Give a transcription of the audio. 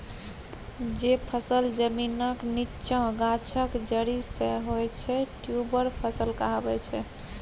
जे फसल जमीनक नीच्चाँ गाछक जरि सँ होइ छै ट्युबर फसल कहाबै छै